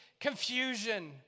confusion